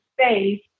space